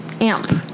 Amp